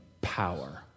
power